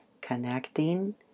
connecting